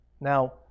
Now